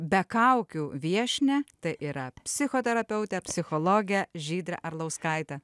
be kaukių viešnią tai yra psichoterapeutę psichologę žydrę arlauskaitę